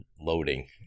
loading